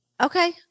Okay